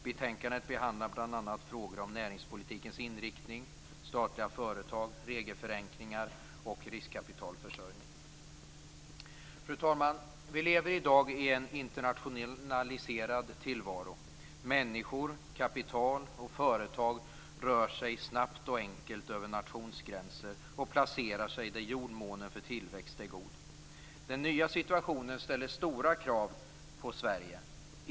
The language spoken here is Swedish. Betänkandet behandlar bl.a. frågor om näringspolitikens inriktning, statliga företag, regelförenklingar och riskkapitalförsörjning. Fru talman! Vi lever i dag i en internationaliserad tillvaro. Människor, kapital och företag rör sig snabbt och enkelt över nationsgränser och placerar sig där jordmånen för tillväxt är god. Denna nya situation ställer stora krav på Sverige.